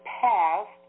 passed